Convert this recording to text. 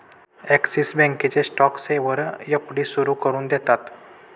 axis बँकेचे tax saver FD सुरू करून देतात